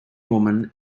woman